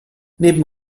neben